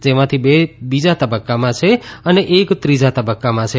જેમાંથી બે બીજા તબક્કામાં છે અને એક ત્રીજા તબક્કામાં છે